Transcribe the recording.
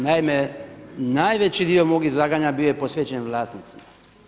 Naime, najveći dio mog izlaganja bio je posvećen vlasnicima.